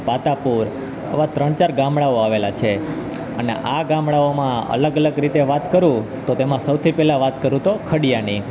પાતાપુર આવા ત્રણ ચાર ગામડાઓ આવેલા છે અને આ ગામડાઓમાં અલગ અલગ રીતે વાત કરું તો તેમાં સૌથી પહેલાં વાત કરું તો ખડીયાની